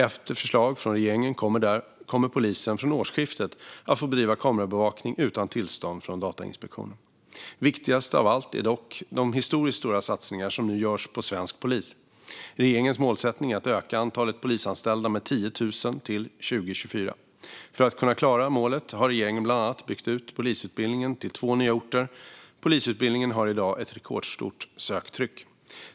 Efter förslag från regeringen kommer polisen från årsskiftet att få bedriva kamerabevakning utan tillstånd från Datainspektionen. Viktigast av allt är dock de historiskt stora satsningar som nu görs på svensk polis. Regeringens målsättning är att öka antalet polisanställda med 10 000 till 2024. För att kunna klara målet har regeringen bland annat byggt ut polisutbildningen till två nya orter. Polisutbildningen har i dag ett rekordstort söktryck.